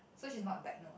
so she's not techno